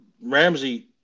Ramsey